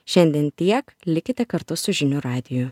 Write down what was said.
šiandien tiek likite kartu su žinių radiju